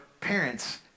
parents